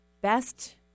best